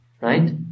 right